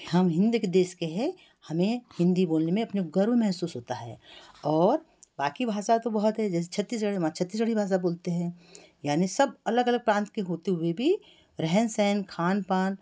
हम हिंद के देश के हैं हमें हिंदी बोलने में अपने गर्व महसूस होता है और बाकी भाषा तो बहुत हैं जैसे छत्तीसगढ़ी हमारे छत्तीसगढ़ी भाषा बोलते हैं यानी सब अलग अलग प्रांत के होते हुए भी रहन सहन खान पान